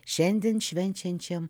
šiandien švenčiančiam